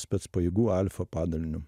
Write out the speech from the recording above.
spec pajėgų alfa padaliniu